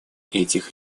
этих